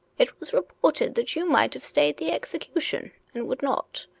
it was reported that you might have stayed the execution, and would not.